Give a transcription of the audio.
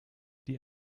die